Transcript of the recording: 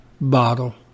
bottle